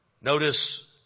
Notice